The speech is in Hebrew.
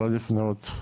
לא לפנות,